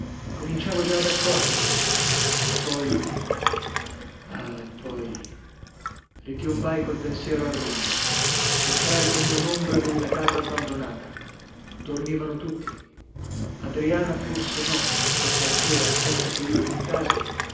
cominciavo già ad accorgermi e poi ah poi ripiombai col pensiero a roma entrai come unombra nella casa abbandonata dormivano tutti adriana forse no maspetta ancora aspetta che io rincasi